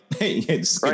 Right